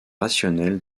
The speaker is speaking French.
rationnel